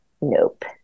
Nope